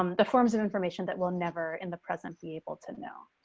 um the forms of information that will never in the present, be able to know